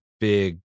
big